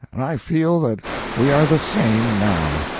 and i feel that we are the same now.